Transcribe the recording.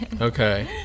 Okay